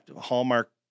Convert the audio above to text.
hallmark